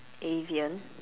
Avian